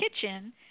kitchen